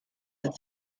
that